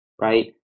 right